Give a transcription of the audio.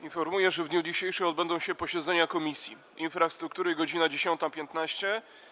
Informuję, że w dniu dzisiejszym odbędą się posiedzenia Komisji: - Infrastruktury - godz. 10.15,